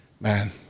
man